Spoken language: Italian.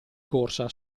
corsa